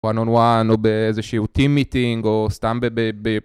וואן און וואן או באיזשהו טים מיטינג או סתם ב..